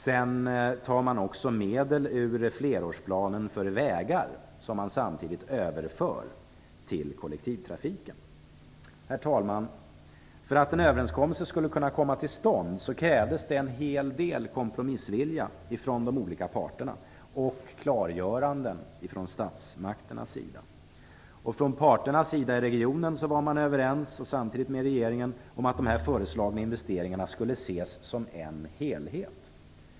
Man tar också medel ur flerårsplanen för vägar, som man samtidigt överför till kollektivtrafiken. För att en överenskommelse skulle kunna komma till stånd, herr talman, krävdes det en hel del kompromissvilja från de olika parterna och klargöranden från statsmakternas sida. Från parternas sida i regionen var man överens med regeringen om att de föreslagna investeringarna skulle ses som en helhet.